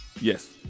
Yes